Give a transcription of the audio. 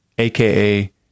aka